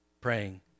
praying